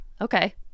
Okay